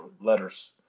letters